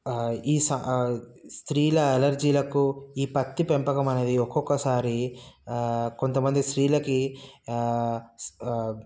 ఈ సహా స్త్రీల అలర్జీలకు ఈ పత్తి పెంపకం అనేది ఒకొక్కసారి కొంతమంది స్త్రీలకి